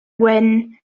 wyn